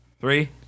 Three